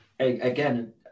again